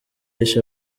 yishe